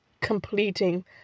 completing